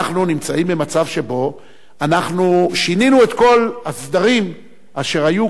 אנחנו נמצאים במצב שבו אנחנו שינינו את כל הסדרים אשר היו